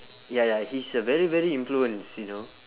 ya ya he's a very very influence you know